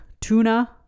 tuna